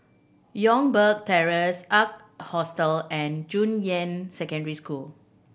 Youngberg Terrace Ark Hostel and Junyuan Secondary School